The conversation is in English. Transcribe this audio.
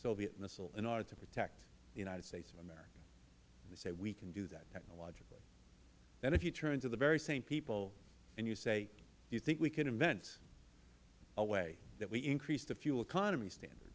soviet missile in order to protect the united states of america they say we can do that technologically then if you turn to the very same people and say do you think we can invent a way that we increase the fuel economy standard